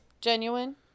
genuine